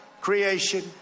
creation